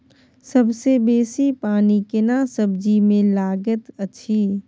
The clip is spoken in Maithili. सबसे बेसी पानी केना सब्जी मे लागैत अछि?